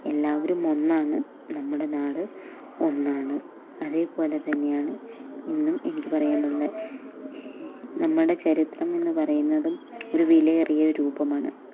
എല്ലാവരും ഒന്നാണ് നമ്മുടെ നാട് ഒന്നാണ് അതേപോലെ തന്നെയാണ് ഇന്നും എനിക്ക് പറയാനുള്ളത് നമ്മുടെ ചരിത്രം എന്ന് പറയുന്നതും ഒരു വിലയേറിയ രൂപമാണ്